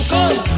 Come